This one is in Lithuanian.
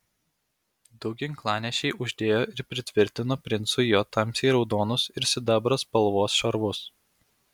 du ginklanešiai uždėjo ir pritvirtino princui jo tamsiai raudonus ir sidabro spalvos šarvus